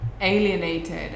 alienated